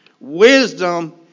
Wisdom